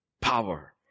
power